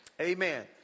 Amen